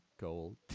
gold